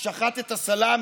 הוא שחט את הסלאמי.